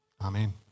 Amen